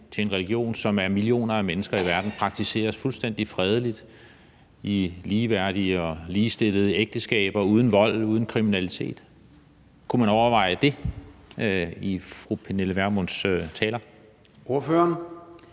til en religion, som af millioner af mennesker i verden praktiseres fuldstændig fredeligt i ligeværdige og ligestillede ægteskaber uden vold og uden kriminalitet. Kunne fru Pernille Vermund